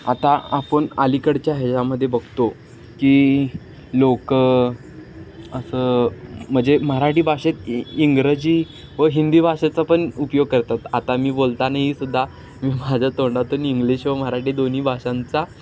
आता आपण अलीकडच्या ह्याच्यामध्ये बघतो की लोक असं म्हणजे मराठी भाषेत इंग्रजी व हिंदी भाषेचा पण उपयोग करतात आता मी बोलतानासुद्धा मी माझ्या तोंडातून इंग्लिश व मराठी दोन्ही भाषांचा